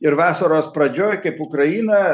ir vasaros pradžioj kaip ukraina